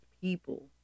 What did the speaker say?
people